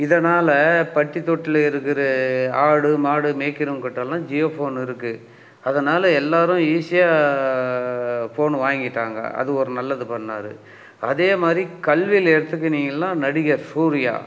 இதனால் பட்டி தொட்டிலருக்கிற ஆடு மாடு மேக்கிறவங்க கிட்டலாம் ஜியோ ஃபோன் இருக்கு அதனால எல்லாரும் ஈஸியாக ஃபோன் வாங்கிட்டாங்க அது ஒரு நல்லது பண்ணார் அதே மாரி கல்வியில எடுத்துக்கினிங்கள்னா நடிகர் சூரியா